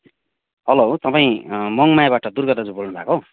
hello तपाईँ मनमायाबाट दुर्गा दाजु बोल्नु भएको हो